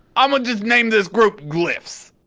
amma just nayme this group glyphs!